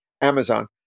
Amazon